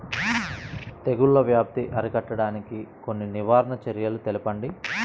తెగుళ్ల వ్యాప్తి అరికట్టడానికి కొన్ని నివారణ చర్యలు తెలుపండి?